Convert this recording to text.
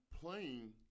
playing